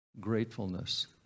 gratefulness